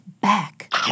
back